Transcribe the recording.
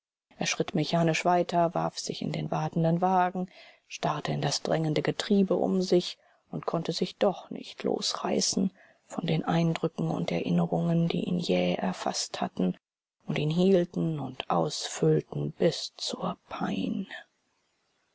er schritt mechanisch weiter warf sich in den wartenden wagen starrte in das drängende getriebe um sich und konnte sich doch nicht losreißen von den eindrücken und erinnerungen die ihn jäh erfaßt hatten und ihn hielten und ausfüllten bis zur pein